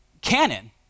canon